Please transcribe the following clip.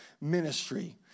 ministry